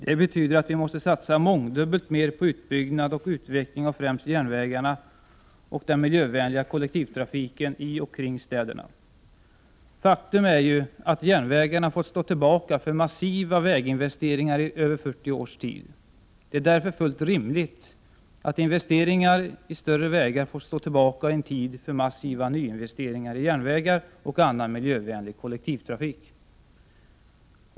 Det betyder att vi måste satsa mångdubbelt mer på utbyggnad och utveckling av främst järnvägarna och den miljövänliga kollektivtrafiken i och kring städerna. Faktum är ju att järnvägarna har fått stå tillbaka för massiva väginvesteringar i över 40 års tid. Det är därför fullt rimligt att investeringar i större vägar får stå tillbaka en tid för massiva nyinvesteringar i järnvägar och annan miljövänlig kollektivtrafik.